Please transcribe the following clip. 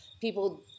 people